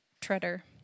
treader